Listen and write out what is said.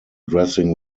dressing